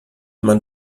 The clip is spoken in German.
man